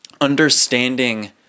understanding